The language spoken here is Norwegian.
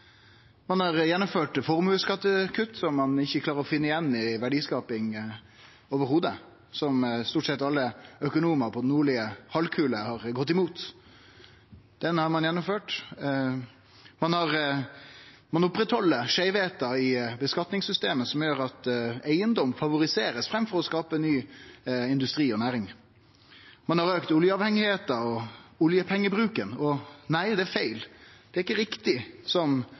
Ein har gjennomført formuesskattekutt, som ein ikkje klarer å finne igjen i form av verdiskaping i det heile, og som stort sett alle økonomar på den nordlege halvkula har gått imot. Det har ein gjennomført. Ein opprettheld skeivheita i skattleggingssystemet, som gjer at eigedom blir favorisert, framfor det å skape ny industri og nye næringar. Ein har auka oljeavhengigheita og oljepengebruken, og det er ikkje riktig, det som